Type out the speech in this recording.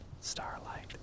Starlight